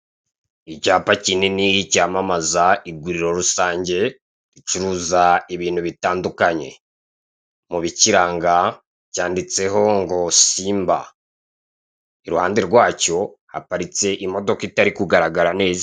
Icyapa kinini cyamamaza iguriro rusange, gicuruza ibintu bitandukanye. mubikiranga cyanditseho ngo simba. iruhande rwacyo haparitse imodoka itari kugaragara neza.